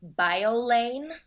BioLane